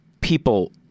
people